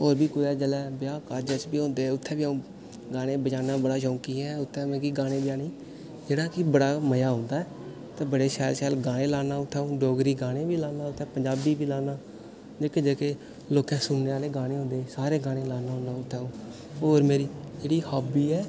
होर बी कुदै ब्याह् कारज जेल्लै बी होंदे उत्थै बी अ'ऊं गाने बजाने दा बड़ा शौकी ऐ उत्थै मिगी गाने बजाने बड़ा मजा औंदा बड़े शैल शैल गाने लाना उत्थै अ'ऊं डोगरी गाने बा लाना उत्तै पंजाबी बी लाना जेह्के जेह्के लोकें सुनने आह्ले गाने होंदे सारे गाने लाना में उत्थै होर मेरी जेह्ड़ी हाबी ऐ